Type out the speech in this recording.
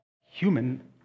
human